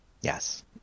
Yes